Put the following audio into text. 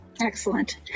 Excellent